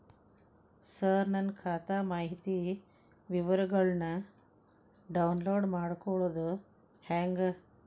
ಸರ ನನ್ನ ಖಾತಾ ಮಾಹಿತಿ ವಿವರಗೊಳ್ನ, ಡೌನ್ಲೋಡ್ ಮಾಡ್ಕೊಳೋದು ಹೆಂಗ?